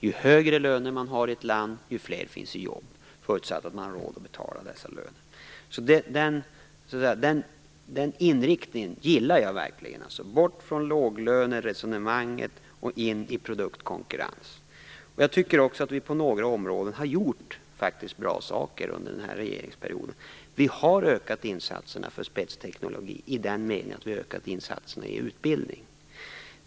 Ju högre löner i ett land, desto fler finns i jobb - förutsatt att man har råd att betala dessa löner. Den inriktningen gillar jag verkligen. Bort från låglöneresonemanget och in i produktkonkurrensen! Jag tycker faktiskt att vi på några områden har gjort bra saker under den här regeringsperioden. Vi har ökat förutsättningarna för spetsteknologi i den meningen att vi har ökat insatserna i utbildning.